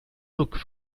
look